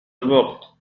الوقت